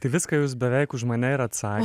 tai viską jūs beveik už mane ir atsa